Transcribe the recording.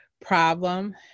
problem